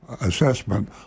assessment